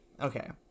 okay